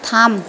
থাম